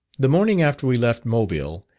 the morning after we left mobile,